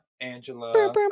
Angela